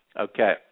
Okay